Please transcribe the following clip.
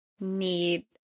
need